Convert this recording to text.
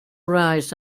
rights